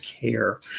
care